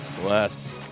bless